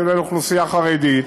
כולל האוכלוסייה החרדית,